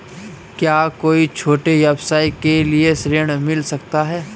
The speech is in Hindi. क्या कोई छोटे व्यवसाय के लिए ऋण मिल सकता है?